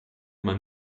man